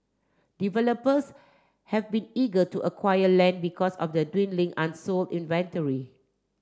developers have been eager to acquire land because of the dwindling unsold inventory